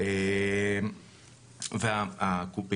עם קיצור